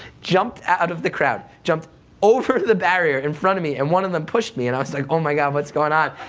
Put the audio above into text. jumped out of the crowd, and over the barrier in front of me, and one of them pushed me, and i was like, oh my god, what's going on?